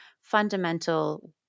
fundamental